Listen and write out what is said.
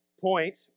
point